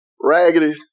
raggedy